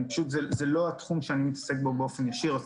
אבל זה לא התחום שאני עוסק בו באופן אישי אז